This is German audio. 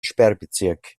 sperrbezirk